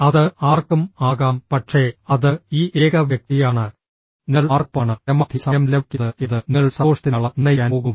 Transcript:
അത് ആർക്കും ആകാം പക്ഷേ അത് ഈ ഏക വ്യക്തിയാണ് നിങ്ങൾ ആർക്കൊപ്പമാണ് പരമാവധി സമയം ചെലവഴിക്കുന്നത് എന്നത് നിങ്ങളുടെ സന്തോഷത്തിന്റെ അളവ് നിർണ്ണയിക്കാൻ പോകുന്നു